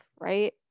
right